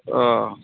अ